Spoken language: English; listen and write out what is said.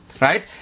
Right